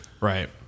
Right